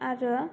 आरो